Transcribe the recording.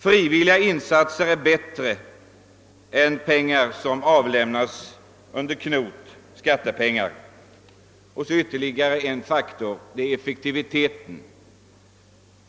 Frivilliga insatser är bättre än pengar som avlämnas under knot — skattepengar. Ytterligare en faktor att ta hänsyn till i detta sammanhang är effektiviteten.